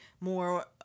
more